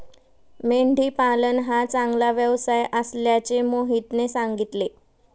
मेंढी पालन हा चांगला व्यवसाय असल्याचे मोहितने सांगितले